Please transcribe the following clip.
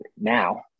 now